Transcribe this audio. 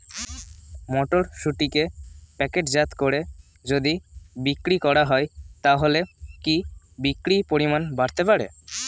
মটরশুটিকে প্যাকেটজাত করে যদি বিক্রি করা হয় তাহলে কি বিক্রি পরিমাণ বাড়তে পারে?